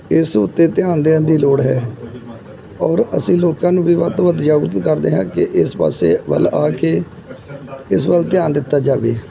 ਇਸ ਉੱਤੇ ਧਿਆਨ ਦੇਣ ਦੀ ਲੋੜ ਹੈ ਔਰ ਅਸੀਂ ਲੋਕਾਂ ਨੂੰ ਵੀ ਵੱਧ ਤੋਂ ਵੱਧ ਜਾਗਰੂਕ ਕਰਦੇ ਹਾਂ ਕਿ ਇਸ ਪਾਸੇ ਵੱਲ ਆ ਕੇ ਇਸ ਵੱਲ ਧਿਆਨ ਦਿੱਤਾ ਜਾਵੇ